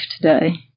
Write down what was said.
today